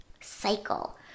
cycle